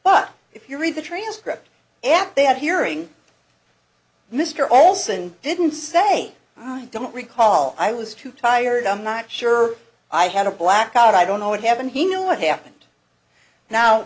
but if you read the transcript and they have hearing mr olson didn't say i don't recall i was too tired i'm not sure i had a blackout i don't know what happened he know what happened now